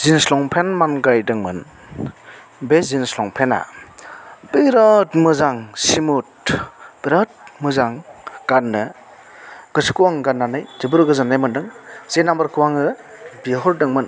जिनस लंफेन मांगायदोंमोन बे जिनस लफेना बेराद मोजां स्मुड बेराद मोजां गाननो गोसोखौ आं गान्नानै जोबोद गोजोन्नाय मोनदों जे नाम्बारखौ आङो बिहरदोंमोन